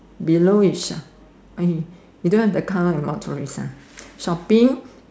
below is eh you don't have the car and motorist ah shopping